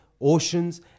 oceans